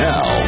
Now